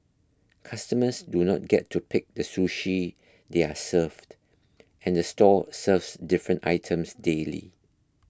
customers do not get to pick the sushi they are served and the store serves different items daily